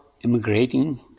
immigrating